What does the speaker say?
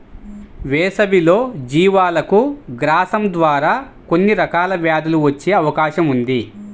వేసవిలో జీవాలకు గ్రాసం ద్వారా కొన్ని రకాల వ్యాధులు వచ్చే అవకాశం ఉంది